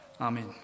Amen